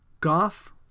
Goff